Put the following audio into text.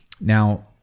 now